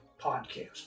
podcast